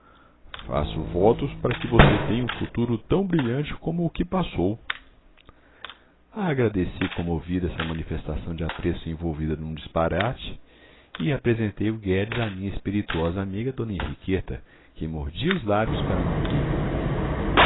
faço votos para que você tenha um futuro tão brilhante como o que passou agradeci comovido essa manifestação de apreço envolvida num disparate e apresentei o guedes à minha espirituosa amiga d henriqueta que mordia os lábios para não rir